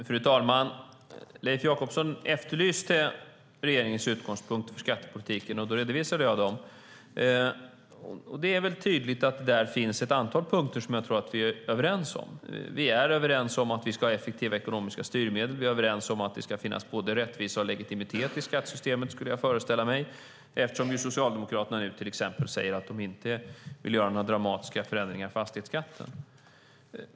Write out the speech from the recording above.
Fru talman! Leif Jakobsson efterlyste regeringens utgångspunkter för skattepolitiken, och då redovisade jag dem. Det är väl tydligt att det finns ett antal punkter som vi är överens om. Vi är överens om att vi ska ha effektiva ekonomiska styrmedel. Vi är överens om att det ska finnas både rättvisa och legitimitet i skattesystemet, skulle jag föreställa mig, eftersom Socialdemokraterna nu till exempel säger att de inte vill göra några dramatiska förändringar i fastighetsskatten.